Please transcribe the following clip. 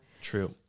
True